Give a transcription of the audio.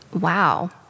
Wow